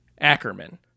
Ackerman